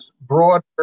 broader